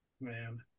Man